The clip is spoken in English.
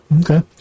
Okay